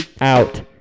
Out